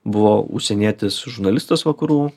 buvo užsienietis žurnalistas vakarų